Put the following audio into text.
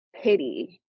pity